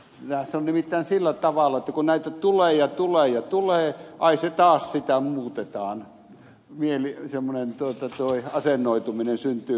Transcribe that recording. tässä on nimittäin sillä tavalla että kun näitä tulee ja tulee ja tulee semmoinen asennoituminen ai se taas sitä muutetaan syntyy helposti